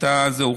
איך?